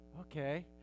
Okay